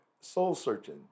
soul-searching